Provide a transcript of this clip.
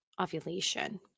ovulation